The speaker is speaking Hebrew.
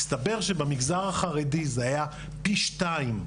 הסתבר שבמגזר החרדי זה היה פי שתיים,